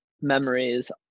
memories